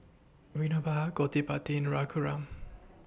Vinoba Gottipati Raghuram